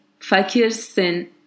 fakirsin